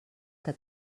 que